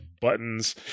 buttons